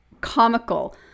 comical